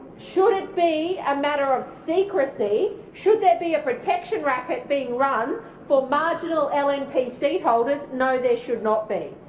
should it be a matter of secrecy, should there be a protection racket being run for marginal and lnp seat holders? no, there should not be.